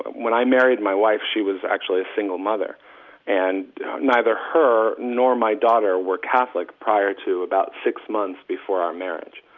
when i married my wife, she was actually a single mother and neither her nor my daughter were catholic prior to about six months before our marriage.